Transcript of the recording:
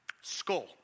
Skull